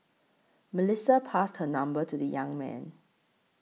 Melissa passed her number to the young man